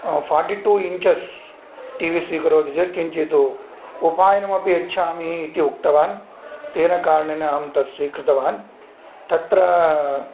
forty two inches TV स्वीकरोति चेत् किञ्चित् उपायनमपि यच्छामि इति उक्तवान् तेन कारणेन अहं तत् स्वीकृतवान् तत्र